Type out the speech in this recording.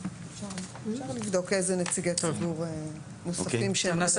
אפשר לבדוק איזה נציגי ציבור נוספים ---.